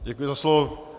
Děkuji za slovo.